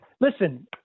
listen